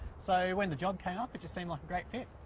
so when the job came up it just seemed like a great fit.